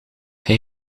hij